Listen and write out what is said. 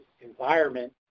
environment